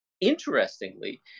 interestingly